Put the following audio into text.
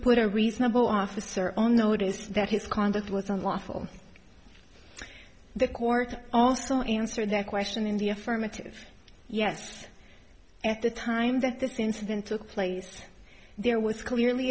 put a reasonable officer on notice that his conduct was unlawful the court also answered that question in the affirmative yes at the time that this incident took place there was clearly